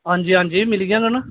आं जी आं जी मिली जाह्ङन